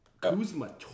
Kuzma